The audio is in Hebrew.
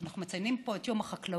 אנחנו מציינים פה את יום החקלאות,